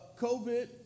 COVID